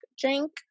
drink